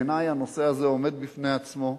בעיני הנושא הזה עומד בפני עצמו.